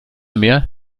mehr